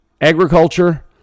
agriculture